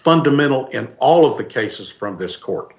fundamental in all of the cases from this court